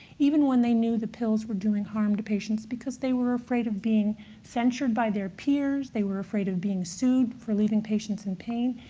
even when they knew the pills were doing harm to patients, because they were afraid of being censured by their peers. they were afraid of being sued for leaving patients in pain.